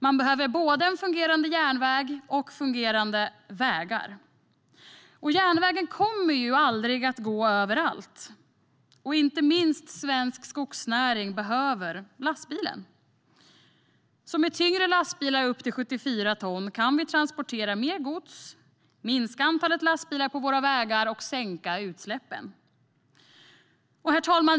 Det behövs både en fungerande järnväg och fungerande vägar. Järnvägen kommer aldrig att gå överallt, och inte minst svensk skogsnäring behöver lastbilen. Med tyngre lastbilar upp till 74 ton går det att transportera mer gods, minska antalet lastbilar på våra vägar och sänka utsläppen. Herr talman!